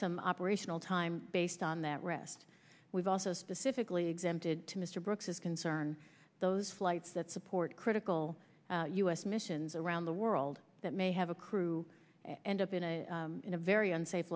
some operational time based on that rest we've also specifically exempted to mr brooks is concerned those flights that support critical u s missions around the world that may have a crew and up in a in a very unsafe